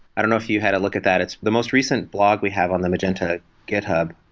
i don't know if you had a look at that. it's the most recent blog we have on the magenta github.